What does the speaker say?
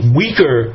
weaker